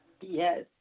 Yes